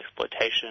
exploitation